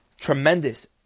tremendous